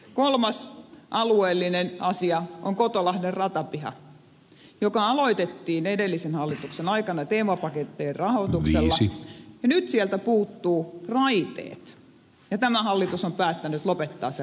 kolmas alueellinen asia on kotolahden ratapiha joka aloitettiin edellisen hallituksen aikana teemapakettien rahoituksella mutta nyt sieltä puuttuu raiteet ja tämä hallitus on päättänyt lopettaa sen rahoittamisen